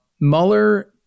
Mueller